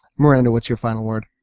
miranda, what's your final word?